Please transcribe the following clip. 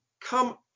Come